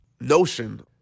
notion